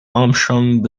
armstrong